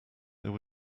there